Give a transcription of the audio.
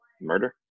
Murder